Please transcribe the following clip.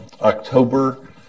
October